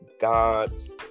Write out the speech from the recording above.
God's